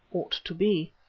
ought to be.